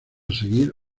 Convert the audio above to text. seguir